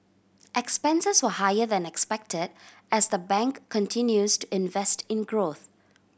expenses were higher than expected as the bank continues to invest in growth